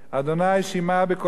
אדוני שמעה בקולי,